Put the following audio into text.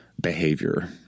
behavior